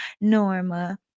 Norma